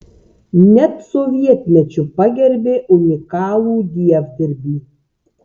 net sovietmečiu pagerbė unikalų dievdirbį